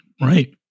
Right